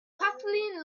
kathleen